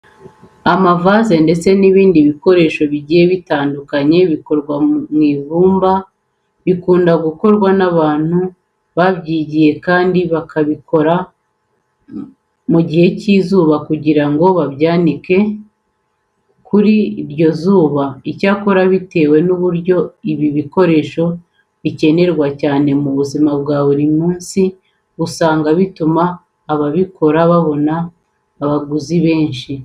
Amavaze ndetse n'ibindi bikoresho bigiye bitandukanye bikorwa mu ibumba bikunda gukorwa n'abantu babyigiye kandi bakabikora mu gihe cy'izuba kugira ngo babyanike kuri iryo zuba. Icyakora bitewe n'uburyo ibi bikoresho bikenerwa cyane mu buzima bwa buri munsi, usanga bituma ababikora ababona abaguzi benshi.